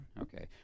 okay